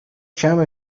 کمه